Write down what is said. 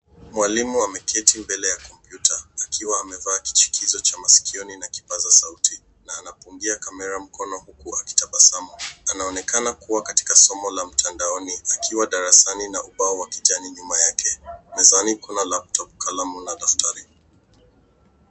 Mwalimu ameketi mbele ya kompyuta, akiwa amevaa kichukizo cha masikioni na kipaza sauti, na anapungia kamera mkono huku akitabasamu. Anaonekana kuwa katika somo la mtandaoni, akiwa darasani na ubao wa kijani nyuma yake. Mezani kuna laptop , kalamu, na daftari.